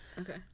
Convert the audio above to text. Okay